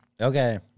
Okay